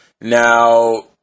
Now